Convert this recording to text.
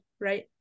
right